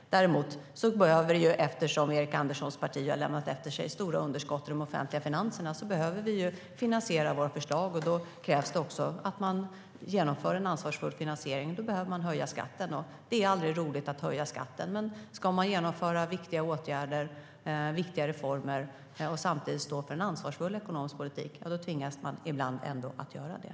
Men eftersom Erik Anderssons parti har lämnat efter sig stora underskott i de offentliga finanserna behöver vi finansiera våra förslag, och då krävs det också att man genomför en ansvarsfull finansiering. Då behöver man höja skatten. Det är aldrig roligt att höja skatten, men ska man genomföra viktiga åtgärder och reformer och samtidigt stå för en ansvarsfull ekonomisk politik tvingas man ibland att göra det.